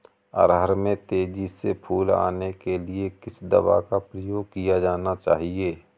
अरहर में तेजी से फूल आने के लिए किस दवा का प्रयोग किया जाना चाहिए?